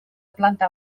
planta